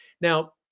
Now